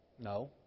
No